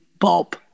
Bob